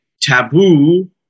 taboo